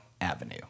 Avenue